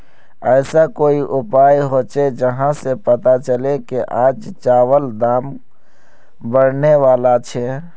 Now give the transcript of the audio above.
ऐसा कोई उपाय होचे जहा से पता चले की आज चावल दाम बढ़ने बला छे?